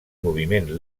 moviment